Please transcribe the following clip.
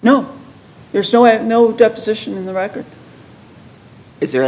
way no deposition in the record is there